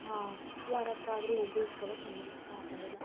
ಹಾಂ ಯಾರತ್ರ ಆದ್ರು ಹೊಗಳ್ಸ್ಕೊಳ್ಳೋಕೆ ನನಗಿಷ್ಟ ಆಗೋದಿಲ್ಲ